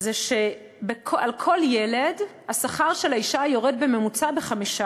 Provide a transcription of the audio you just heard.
שעל כל ילד השכר של האישה יורד בממוצע ב-5%.